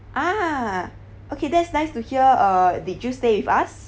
ah okay that's nice to hear uh did you stay with us